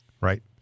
right